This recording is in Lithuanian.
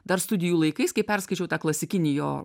dar studijų laikais kai perskaičiau tą klasikinį jo